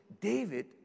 David